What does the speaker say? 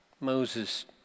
Moses